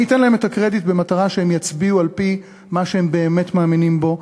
אני אתן להם את הקרדיט במטרה שהם יצביעו על-פי מה שהם באמת מאמינים בו,